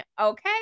okay